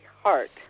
heart